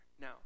Now